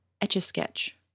Etch-A-Sketch